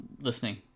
listening